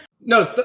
no